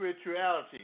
spirituality